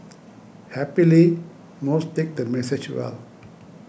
happily most take the message well